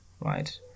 right